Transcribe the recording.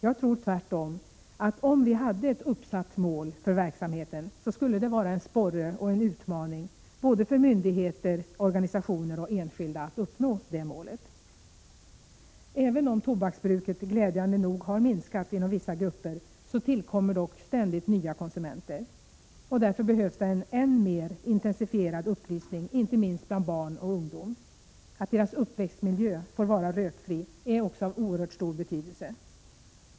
Jag tror tvärtom, att om vi hade ett uppsatt mål för verksamheten, skulle det vara en sporre och en utmaning för myndigheter, organisationer och enskilda att uppnå det målet. Även om tobaksbruket glädjande nog har minskat inom vissa grupper tillkommer ständigt nya konsumenter. Därför behövs en än mer intensifierad upplysning, inte minst bland barn och ungdom. Att deras uppväxtmiljö får vara rökfri är också av oerhört stor betydelse.